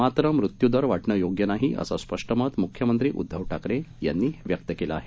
मात्र मृत्यू दर वाढणे योग्य नाही असं स्पष्ट मत मुख्यमंत्री उद्वव ठाकरे यांनी व्यक्त केलं आहे